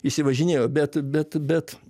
išsivažinėjo bet bet bet